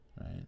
Right